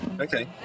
Okay